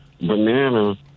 Banana